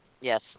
Yes